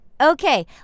Okay